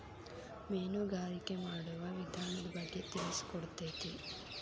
ಮೇನುಗಾರಿಕೆ ಮಾಡುವ ವಿಧಾನದ ಬಗ್ಗೆ ತಿಳಿಸಿಕೊಡತತಿ